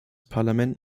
parlament